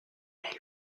mais